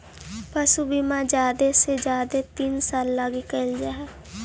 पशु बीमा जादे से जादे तीन साल लागी कयल जा हई